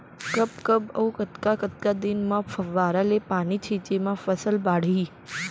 कब कब अऊ कतका कतका दिन म फव्वारा ले पानी छिंचे म फसल बाड़ही?